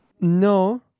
No